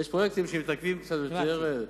ויש פרויקטים שמתעכבים קצת יותר.